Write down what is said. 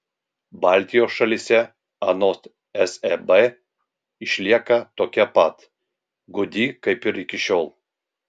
baltijos šalyse anot seb išlieka tokia pat gūdi kaip ir iki šiol